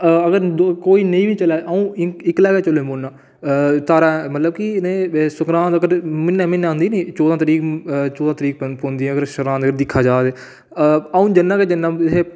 अगर कोई नेई बी चलै अ'ऊं इक्कला गै चली पौह्ना मतलब की संगरांद म्हीने म्हीने औंदी नीं चोदां तरीक होंदी नीं चौदां तरीक पौंदी नी संगरांद जे दिक्खेआ जा ते 'अ'ऊं जन्नां गै जन्नां